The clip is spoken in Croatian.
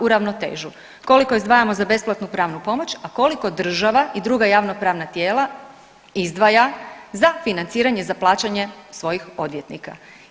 U ravnotežu koliko izdvajamo za besplatnu pravnu pomoć, a koliko država i druga javnopravna tijela izdvaja za financiranje za plaćanje svojih odvjetnika.